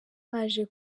baje